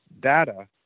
data